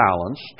balanced